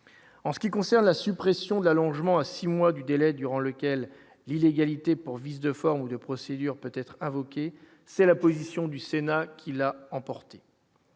en ce qui concerne la suppression de l'allongement à 6 mois du délai durant lequel l'illégalité pour vice de forme ou de procédure peut-être invoquée, c'est la position du Sénat qui l'a emporté,